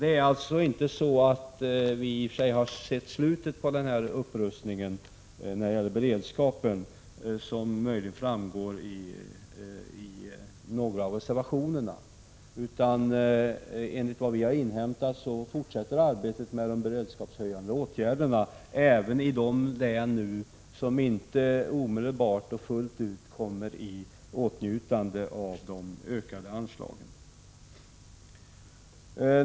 Vi har ännu inte sett slutet på beredskapsförbättrande åtgärder, något som påstås i ett par av reservationerna. Enligt vad vi har inhämtat fortsätter arbetet med de beredskapshöjande åtgärderna även i de län som inte omedelbart och fullt ut kommer i åtnjutande av de ökade anslagen.